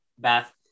Beth